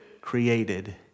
created